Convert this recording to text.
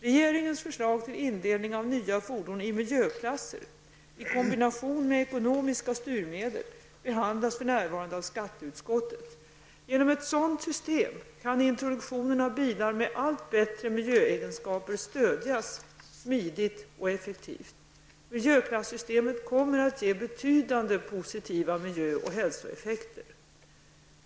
Regeringens förslag till indelning av nya fordon i miljöklasser i kombination med ekonomiska styrmedel behandlas för närvarande av skatteutskottet. Genom ett sådant system kan introduktionen av bilar med allt bättre miljöegenskaper stödjas smidigt och effektivt. Miljöklasssystemet kommer att ge betydande positiva miljö och hälsoeffekter.